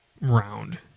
round